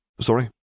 Sorry